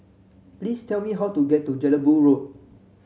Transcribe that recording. please tell me how to get to Jelebu Road